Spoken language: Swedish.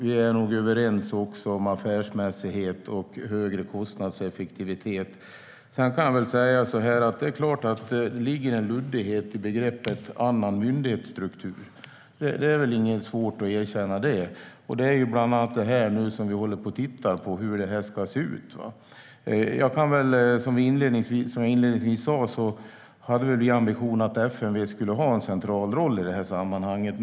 Vi är nog också överens om affärsmässighet och högre kostnadseffektivitet. Det är klart att det ligger en luddighet i begreppet "annan myndighetsstruktur". Det är inget svårt att erkänna det. Det är bland annat det som vi håller på att titta på, hur det ska se ut. Som jag sa inledningsvis hade vi ambitionen att FMV skulle ha en central roll i det här sammanhanget.